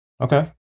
Okay